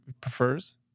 prefers